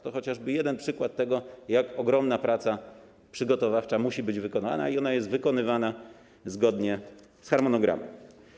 To chociażby jeden przykład tego, jak ogromna praca przygotowawcza musi być wykonana, i ona jest wykonywana zgodnie z harmonogramem.